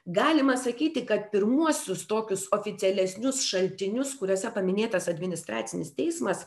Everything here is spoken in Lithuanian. galima sakyti kad pirmuosius tokius oficialesnius šaltinius kuriuose paminėtas administracinis teismas